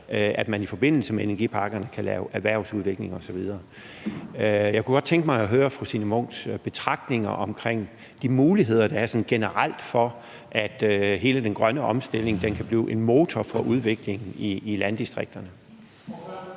at man i forbindelse med dem kan lave erhvervsudvikling osv. Jeg kunne godt tænke mig at høre fru Signe Munks betragtninger om de muligheder, der sådan generelt er for, at hele den grønne omstilling kan blive en motor for udviklingen i landdistrikterne.